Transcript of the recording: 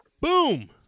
Boom